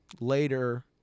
later